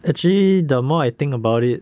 actually the more I think about it